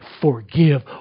forgive